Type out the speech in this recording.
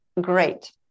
great